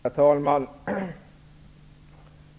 Herr talman!